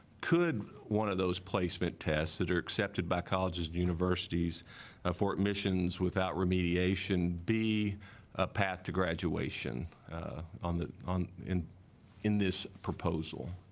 could one of those placement tests that are accepted by colleges and universities fort missions without remediation be a path to graduation on the on in in this proposal